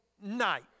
night